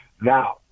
now